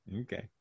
Okay